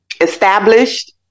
established